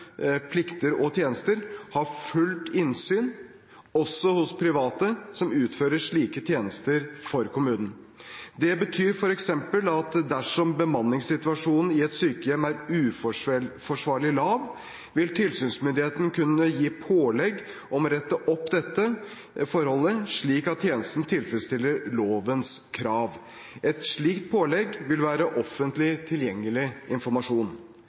plikter og tjenester, har fullt innsyn også hos private som utfører slike tjenester for kommunen. Det betyr f.eks. at dersom bemanningssituasjonen i et sykehjem er uforsvarlig lav, vil tilsynsmyndigheten kunne gi pålegg om å rette opp dette forholdet, slik at tjenesten tilfredsstiller lovens krav. Et slikt pålegg vil være offentlig tilgjengelig informasjon.